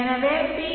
எனவே பி